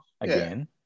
again